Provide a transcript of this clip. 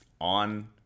on